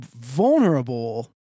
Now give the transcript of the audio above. vulnerable